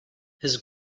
his